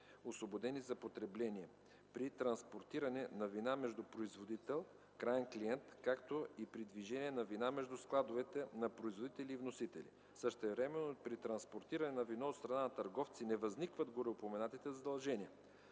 освободени за потребление, при транспортиране на вина между производители/краен клиент, както и при движение на вина между складове на производители и вносители. Същевременно при транспортиране на вино от страна на търговци не възникват гореспоменатите задължения.